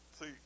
see